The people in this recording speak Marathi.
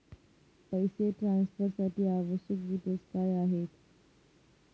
पैसे ट्रान्सफरसाठी आवश्यक डिटेल्स काय आहेत?